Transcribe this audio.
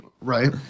Right